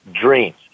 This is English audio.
dreams